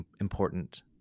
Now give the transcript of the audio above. important